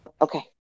Okay